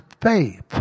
faith